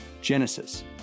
Genesis